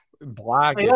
black